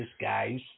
guys